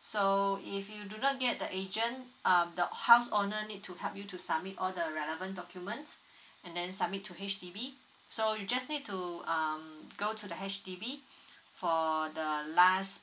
so if you do not get the agent um the house owner need to help you to submit all the relevant documents and then submit to H_D_B so you just need to um go to the H_D_B for the last